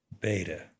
Beta